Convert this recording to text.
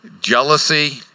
jealousy